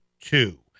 two